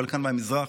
הבלקן והמזרח.